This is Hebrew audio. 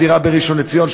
בראשון-לציון,